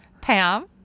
Pam